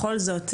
בכל זאת,